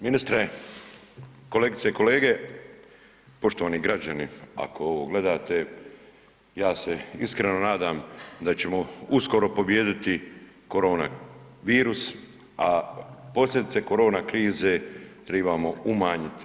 Ministre, kolegice i kolege, poštovani građani, ako ovo gledate, ja se iskreno nadam da ćemo uskoro pobijediti koronavirus, a posljedice korona krize tribamo umanjiti.